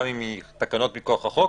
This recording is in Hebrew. גם אם היא תקנות מכוח החוק,